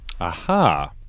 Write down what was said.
Aha